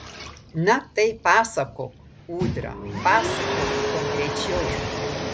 na tai pasakok ūdra pasakok konkrečiau